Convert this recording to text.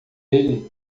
ele